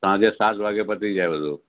સાંજે સાત વાગ્યે પતી જાય બધું